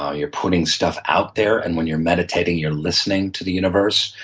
ah you're putting stuff out there. and when you're meditating, you're listening to the universe.